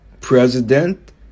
President